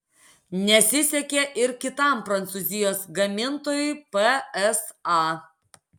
nesisekė ir kitam prancūzijos gamintojui psa